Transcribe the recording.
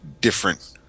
different